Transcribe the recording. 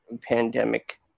pandemic